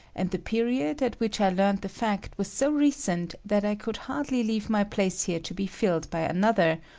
and the period at which i learned the fact was so recent that i could hard ly leave my place here to be filled by another,